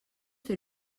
fer